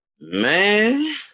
Man